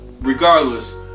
Regardless